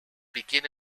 begin